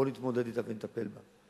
בואו נתמודד אתה ונטפל בה.